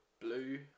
Blue